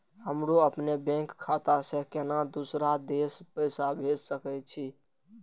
हमरो अपने बैंक खाता से केना दुसरा देश पैसा भेज सके छी?